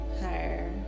higher